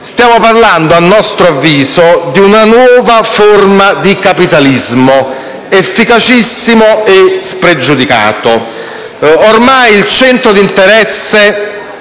Stiamo parlando, a nostro avviso, di una nuova forma di capitalismo, efficacissimo e spregiudicato. Ormai il centro di interesse